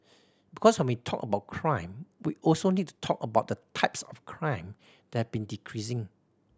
because when we talk about crime we also need to talk about the types of crime that been decreasing